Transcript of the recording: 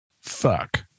Fuck